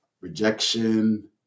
rejection